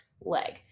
leg